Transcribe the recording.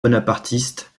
bonapartistes